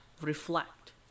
reflect